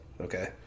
okay